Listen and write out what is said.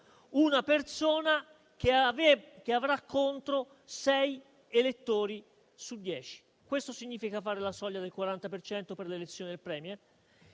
una persona che avrà contro sei elettori su dieci. Questo significa fare la soglia del 40 per cento per l'elezione del *Premier*,